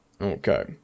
okay